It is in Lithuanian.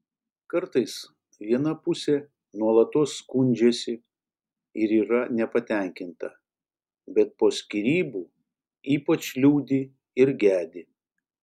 kartais viena pusė nuolatos skundžiasi ir yra nepatenkinta bet po skyrybų ypač liūdi ir gedi